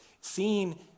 seeing